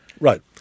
right